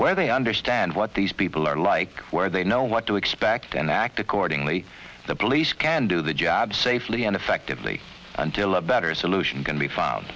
where they understand what these people are like where they know what to expect and act accordingly the police can do the job safely and effectively until a better solution can be found